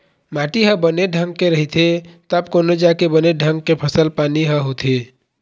माटी ह बने ढंग के रहिथे तब कोनो जाके बने ढंग के फसल पानी ह होथे